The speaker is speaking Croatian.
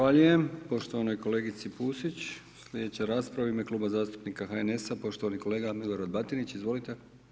Zahvaljujem poštovanoj kolegici Pusić, sljedeća rasprava u ime Kluba zastupnika HNS-a poštovani kolega Milorad Batinić, izvolite.